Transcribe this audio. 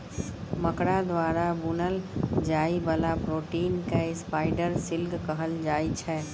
मकरा द्वारा बुनल जाइ बला प्रोटीन केँ स्पाइडर सिल्क कहल जाइ छै